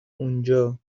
اونجا